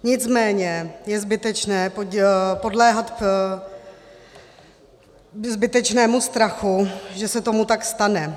Nicméně je zbytečné podléhat zbytečnému strachu, že se tomu tak stane.